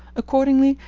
accordingly,